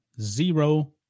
zero